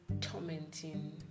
tormenting